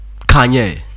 Kanye